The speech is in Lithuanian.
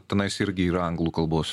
tenais irgi yra anglų kalbos